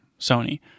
Sony